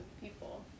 people